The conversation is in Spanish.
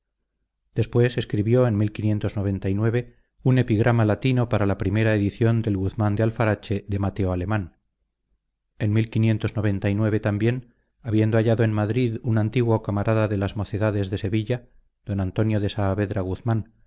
después escribió en un epigrama latino para la primera edición del guzmán de alfarache de mateo alemán en también habiendo hallado en madrid un antiguo camarada de las mocedades de sevilla d antonio de saavedra guzmán